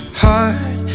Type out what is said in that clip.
heart